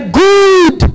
good